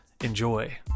Enjoy